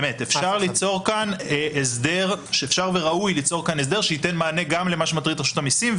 אפשר וראוי ליצור כאן הסדר שייתן מענה גם למה שמטריד את רשות המסים,